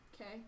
Okay